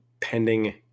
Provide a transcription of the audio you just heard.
pending